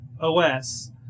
OS